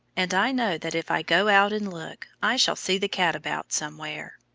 and i know that if i go out and look, i shall see the cat about somewhere.